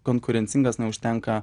konkurencingas neužtenka